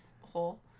hole